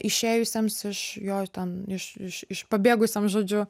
išėjusiems iš jo ten iš iš iš pabėgusiem žodžiu